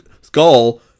skull